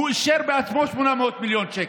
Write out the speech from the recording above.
הוא אישר בעצמו 800 מיליון שקל.